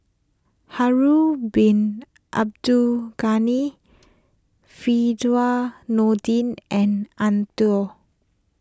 Harun Bin Abdul Ghani Firdaus Nordin and Eng Tow